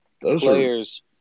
players